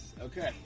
Okay